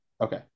Okay